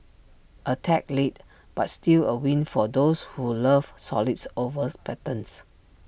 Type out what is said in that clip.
A tad late but still A win for those who love solids overs patterns